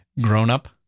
grown-up